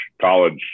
College